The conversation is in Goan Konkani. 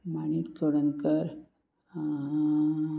माणिक चोडणकर